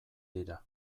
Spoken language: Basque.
dira